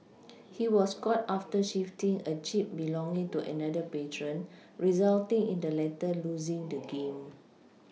he was caught after shifting a chip belonging to another patron resulting in the latter losing the game